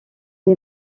est